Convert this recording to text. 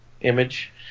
image